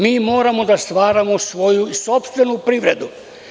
Mi moramo da stvaramo svoju sopstvenu privredu.